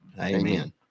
Amen